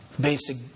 basic